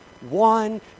one